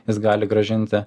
jis gali grąžinti